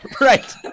Right